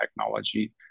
technology